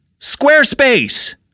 Squarespace